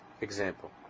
example